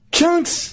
Chunks